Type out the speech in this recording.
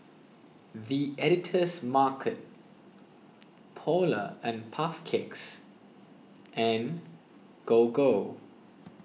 the Editor's Market Polar and Puff Cakes and Gogo